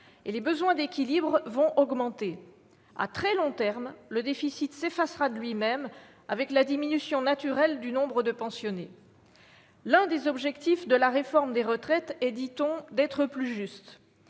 et les besoins d'équilibre vont augmenter. À très long terme, le déficit s'effacera de lui-même avec la diminution naturelle du nombre de pensionnés. L'un des objectifs de la réforme des retraites est, dit-on, d'instaurer